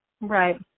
Right